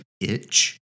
itch